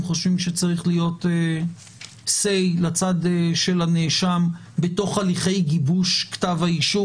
חושבים שצריכה להיות אמירה לצד של הנאשם בתוך הליכי גיבוש כתב האישום